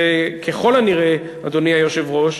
וככל הנראה, אדוני היושב-ראש,